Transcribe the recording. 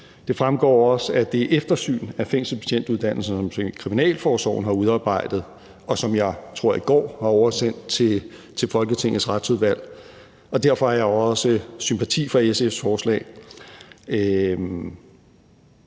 Det fremgår også af det eftersyn af fængselsbetjentuddannelsen, som Kriminalforsorgen har udarbejdet, og som jeg har oversendt, i går, tror jeg, til Folketingets Retsudvalg. Derfor har jeg også sympati for SF's forslag.